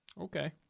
Okay